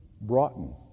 Broughton